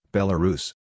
Belarus